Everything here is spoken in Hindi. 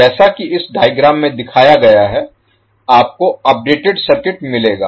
जैसा कि इस डायग्राम में दिखाया गया है आपको अपडेटेड सर्किट मिलेगा